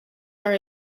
are